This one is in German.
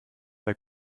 bei